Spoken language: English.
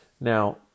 Now